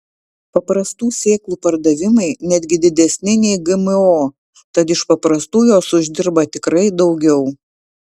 paprastų sėklų pardavimai netgi didesni nei gmo tad iš paprastų jos uždirba tikrai daugiau